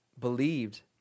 believed